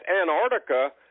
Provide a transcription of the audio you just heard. Antarctica